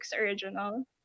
original